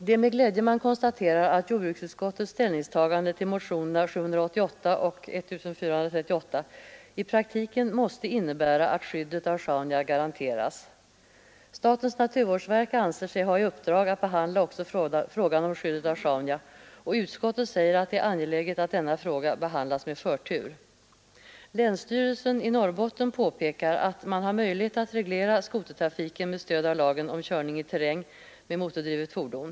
Det är med glädje man konstaterar att jordbruksutskottets ställningstagande till motionerna 788 och 1438 i praktiken måste innebära att skyddet av Sjaunja garanteras. Statens naturvårdsverk anser sig ha i uppdrag att behandla också frågan om skyddet av Sjaunja, och utskottet säger att det är angeläget att denna fråga behandlas med förtur. Länsstyrelsen i Norrbotten påpekar att det finns möjlighet att reglera skotertrafiken med stöd av lagen om körning i terräng med motordrivet fordon.